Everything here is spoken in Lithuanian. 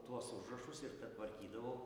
tuos užrašus ir tvarkydavo